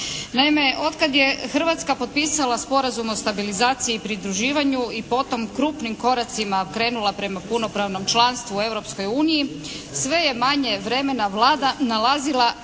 Naime od kada je Hrvatska potpisala Sporazum o stabilizaciji i pridruživanju i potom krupnim koracima krenula prema punopravnom članstvu u Europskoj uniji, sve je manje vremena Vlada nalazila